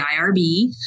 IRB